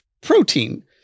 protein